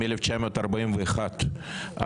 מ-1941,